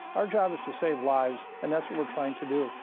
our job is to save lives. and that's what we're trying to do.